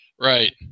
Right